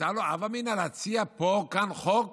הייתה לו הווה אמינא להציע כאן חוק